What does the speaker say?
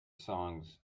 songs